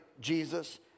Jesus